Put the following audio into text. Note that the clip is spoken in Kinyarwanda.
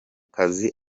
kazi